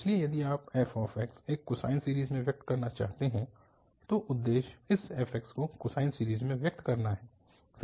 इसलिए यदि आप f एक कोसाइन सीरीज़ में व्यक्त करना चाहते हैं तो उद्देश्य इस f को कोसाइन सीरीज़ में व्यक्त करना है